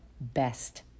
best